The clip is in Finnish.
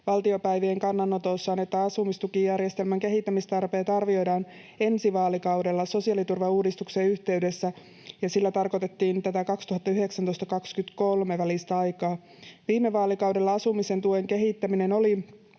valtiopäivien kannanotossaan, että asumistukijärjestelmän kehittämistarpeet arvioidaan ensi vaalikaudella sosiaaliturvauudistuksen yhteydessä, ja sillä tarkoitettiin tätä 2019—2023 välistä aikaa. Viime vaalikaudella asumisen tuen kehittäminen oli